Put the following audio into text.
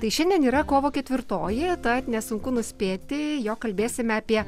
tai šiandien yra kovo ketvirtoji tad nesunku nuspėti jog kalbėsime apie